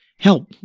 help